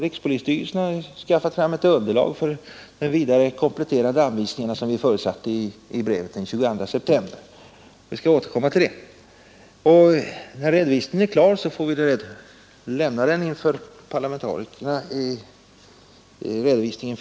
Rikspolisstyrelsen har skaffat fram underlag för de kompletterande anvisningar som vi förutsatte i brevet av den 22 september, och jag skall återkomma till det. När redovisningen är klar får vi ta vår slutliga ståndpunkt.